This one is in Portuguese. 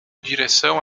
direção